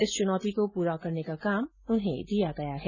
इस चूनौती को पूरा करने का काम उन्हें दिया गया है